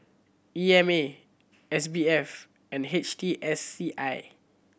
E M A S B F and H T S C I